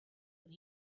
when